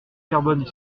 carbone